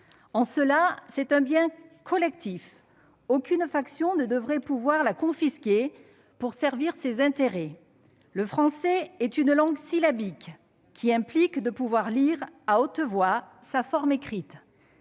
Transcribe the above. En cela, c'est un bien collectif. Aucune faction ne devrait pouvoir le confisquer pour servir ses intérêts. Le français est une langue syllabique, qui implique de pouvoir lire à haute voix sa forme écrite.